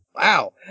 Wow